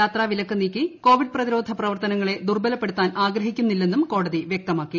യാത്രാ വിലക്ക് നീക്കി കോവിഡ് പ്രതിരോധ പ്രവർത്തനങ്ങളെ ദുർബലപ്പെടുത്താൻ ആഗ്രഹിക്കുന്നില്ലെന്നും കോടതി വൃക്തമാക്കി